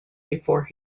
before